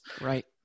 right